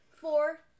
Four